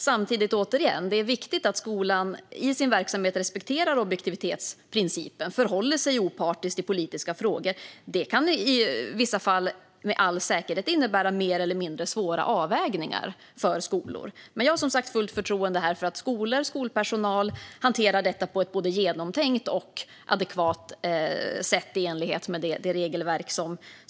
Samtidigt är det, återigen, viktigt att skolan i sin verksamhet respekterar objektivitetsprincipen och förhåller sig opartisk i politiska frågor. Det kan med all säkerhet i vissa fall innebära mer eller mindre svåra avvägningar för skolor. Men jag har som sagt fullt förtroende för att skolor och skolpersonal hanterar detta på ett både genomtänkt och adekvat sätt i enlighet med det regelverk vi har.